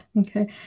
Okay